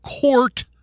court